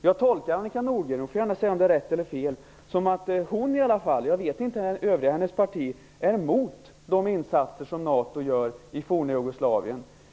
Jag tokar Annika Nordgren - hon får gärna säga om det är rätt eller fel - som att hon är emot de insatser som NATO gör i det forna Jugoslavien.